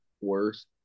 Worse